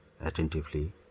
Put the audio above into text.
attentively